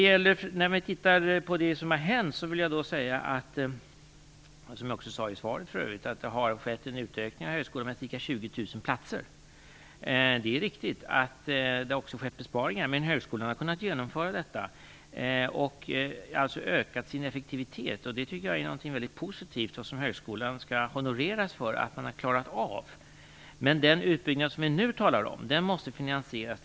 När vi tittar på det som har hänt vill jag säga, och det gjorde jag för övrigt också i svaret, att det har skett en utökning med ca 20 000 platser i högskolan. Det är riktigt att det också har skett besparingar, men högskolan har kunnat genomföra detta. Man har alltså ökat sin effektivitet. Och det tycker jag är någonting positivt som högskolan skall honoreras för. Men den utbyggnad som vi nu talar om måste finansieras.